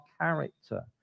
character